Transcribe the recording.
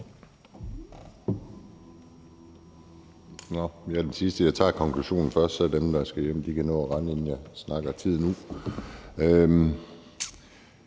Nå, jeg er den sidste. Jeg tager konklusionen først, så dem, der skal hjem, kan nå at rende, inden jeg snakker tiden ud.